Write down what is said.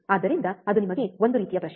ಆದ್ದರಿಂದ ಅದು ನಿಮಗೆ ಒಂದು ರೀತಿಯ ಪ್ರಶ್ನೆ